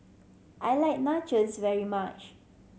I like Nachos very much